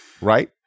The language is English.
right